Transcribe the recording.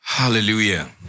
Hallelujah